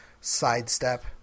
sidestep